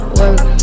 work